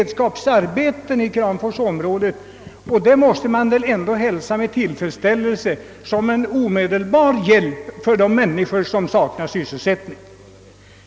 Detta måste man väl ändå hälsa med tillfredsställelse såsom omedelbar hjälp åt de människor som saknar sysselsättning.